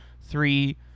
three